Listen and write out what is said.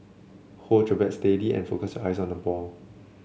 hold your bat steady and focus your eyes on the ball